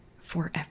forever